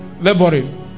Laboring